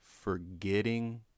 Forgetting